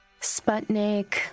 Sputnik